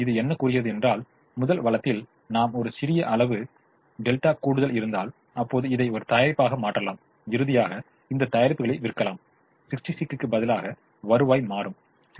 இது என்ன கூறுகின்றது என்றால் முதல் வளத்தில் நாம் ஒரு சிறிது அளவு  கூடுதல் இருந்தால் அப்போது இதை ஒரு தயாரிப்பாக மாற்றலாம் இறுதியாக இந்த தயாரிப்புகளை விற்கலாம் 66 க்கு பதிலாக வருவாய் மாறும் 662δ